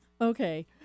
Okay